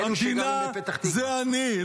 המדינה זה אני.